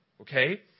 okay